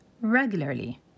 regularly